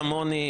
כמוני,